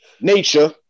Nature